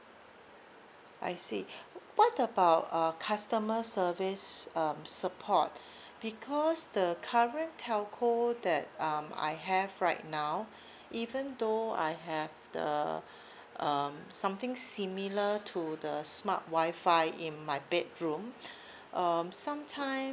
I see what about uh customer service um support because the current telco that um I have right now even though I have the um something similar to the smart Wi-Fi in my bedroom um sometimes